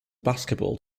basketball